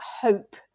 hope